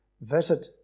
visit